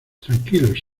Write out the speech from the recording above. tranquilos